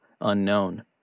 Unknown